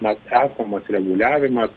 na esamas reguliavimas